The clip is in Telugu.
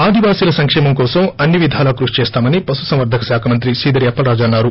ఆదివాసీల సంక్షేమం కోసం అన్ని విధాల కృషి చేస్తామని పశు సంవర్గక శాఖ మంత్రి అప్పలరాజు అన్నారు